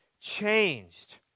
changed